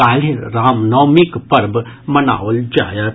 काल्हि रामनवमीक पर्व मनाओल जायत